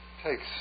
takes